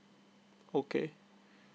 okay